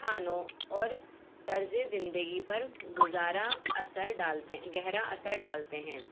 کھانوں اور طرز زندگی پر گزارا اثر ڈالتے گہرا اثر ڈالتے ہیں